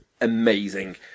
amazing